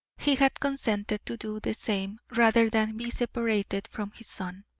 he had consented to do the same rather than be separated from his son.